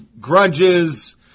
grudges